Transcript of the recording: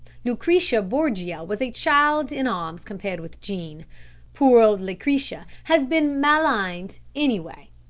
lucretia borgia was a child in arms compared with jean poor old lucretia has been maligned, anyway.